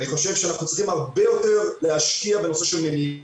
אנחנו צריכים הרבה יותר להשקיע בנושא של מניעה,